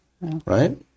right